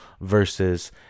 versus